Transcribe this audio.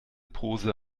pose